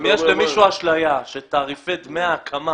אם יש למישהו אשליה שתעריפי דמי ההקמה